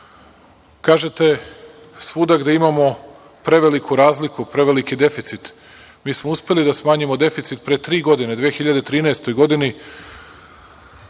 svuda gde imamo preveliku razliku, preveliki deficit, mi smo uspeli da smanjimo deficit pre tri godine, 2013. godini,